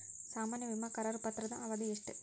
ಸಾಮಾನ್ಯ ವಿಮಾ ಕರಾರು ಪತ್ರದ ಅವಧಿ ಎಷ್ಟ?